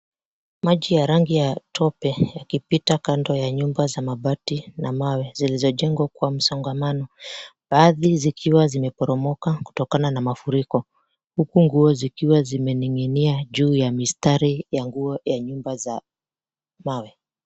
Maji ya rangi ya tope yakipita kando ya nyumba za mabati na mawe zilizojengwa kwa msongamano baadhi zikiwa zimeporomoka kutokana na mafuriko uku nguo zikiwa zimeninginia juu ya mistari ya nguo ya nyumba za mawe.